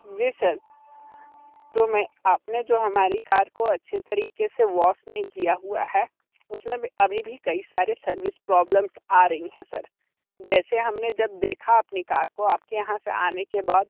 जी sir तो मैं आप ने जो हमारी कार को अच्छे तरीके से वॉश नही किया हुआ है उसमें अभी भी कई सारे सर्विस प्रॉब्लम्स आ रही है सर जैसे हम ने जब देखा अपनी कार को आप की यहाँ से आने के बाद